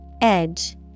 Edge